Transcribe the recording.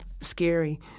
scary